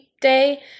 Day